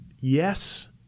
yes